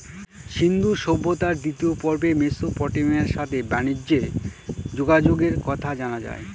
সিন্ধু সভ্যতার দ্বিতীয় পর্বে মেসোপটেমিয়ার সাথে বানিজ্যে যোগাযোগের কথা জানা যায়